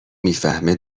میفهمه